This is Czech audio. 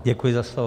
Děkuji za slovo.